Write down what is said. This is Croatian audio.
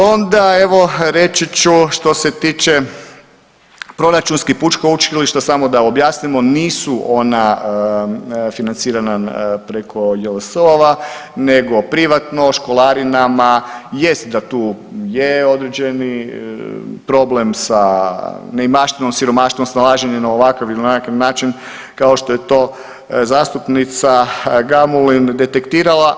Onda evo reći ću što se tiče proračunskih, pučka učilišta samo da objasnimo, nisu ona financirana preko JLS-ova, nego privatno školarinama jest da tu je određeni problem sa neimaštinom, siromaštvom, snalaženje na ovakav ili onakav način kao što je to zastupnica Gamulin detektirala.